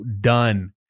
done